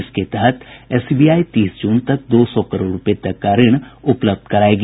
इसके तहत एसबीआई तीस जून तक दो सौ करोड़ रुपये तक का ऋण उपलब्ध करायेगी